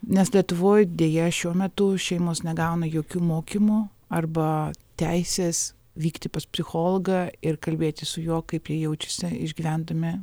nes lietuvoj deja šiuo metu šeimos negauna jokių mokymų arba teisės vykti pas psichologą ir kalbėtis su juo kaip jie jaučiasi išgyvendami